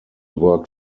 worked